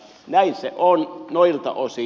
näin se on noilta osin